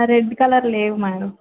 red colour లేవు madam